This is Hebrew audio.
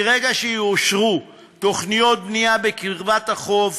מרגע שיאושרו תוכניות בנייה בקרבת החוף,